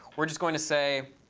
we're just going to say,